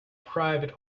private